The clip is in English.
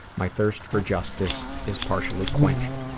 my thirst for justice is partially quenched.